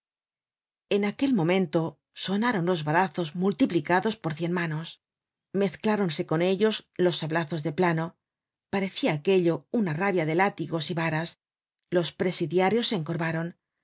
en aquel momento sonaron los varazos multiplicados por cien ma nos mezcláronse con ellos los sablazos de plano parecía aquello una rabia de látigos y varas los presidiarios se encorvaron